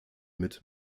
mit